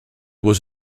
was